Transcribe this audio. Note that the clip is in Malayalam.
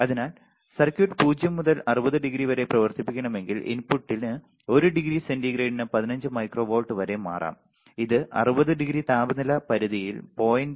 അതിനാൽ സർക്യൂട്ട് 0 മുതൽ 60 ഡിഗ്രി വരെ പ്രവർത്തിപ്പിക്കണമെങ്കിൽ ഇൻപുട്ടിന് ഒരു ഡിഗ്രി സെന്റിഗ്രേഡിന് 15 മൈക്രോ വോൾട്ട് വരെ മാറാം ഇത് 60 ഡിഗ്രി താപനില പരിധിയിൽ 0